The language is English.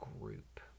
group